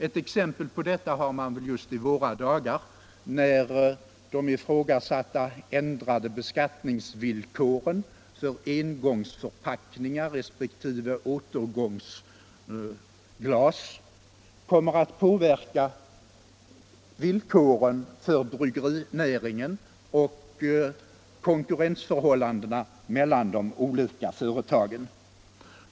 Ett exempel på detta har man just i våra dagar när de ifrågasatta ändrade beskattningsvillkoren för engångsförpackningar resp. returglas kommer att påverka villkoren för bryggerinäringen och konkurrensförhållandena mellan de olika företagen.